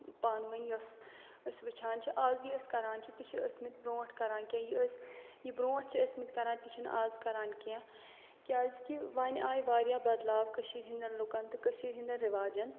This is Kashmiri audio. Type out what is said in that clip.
پانہٕ ؤنۍ یۄس أسۍ وٕچھان چھِ آز یہِ أسۍ کَران چھِ تہِ چھِ ٲسۍمٕتۍ برٛونٛٹھ کران کیٚنٛہہ یہِ أسۍ یہِ برٛونٛٹھ چھِ ٲسۍمٕتۍ کَران تہِ چھِنہٕ آز کران کیٚنٛہہ کیٛازکہِ وۄنۍ آیہِ واریاہ بدلاو کٔشیٖر ہِنٛدٮ۪ن لُکَن تہٕ کٔشیٖر ہِنٛدٮ۪ن رِواجن